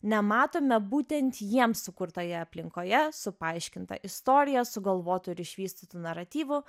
nematome būtent jiems sukurtoje aplinkoje su paaiškinta istorija sugalvotu ir išvystytu naratyvu